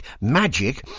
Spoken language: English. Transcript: Magic